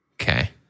Okay